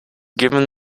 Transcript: given